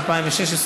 התשע"ו 2016,